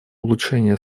улучшение